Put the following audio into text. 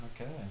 okay